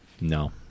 No